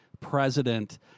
president